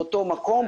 באותו מקום,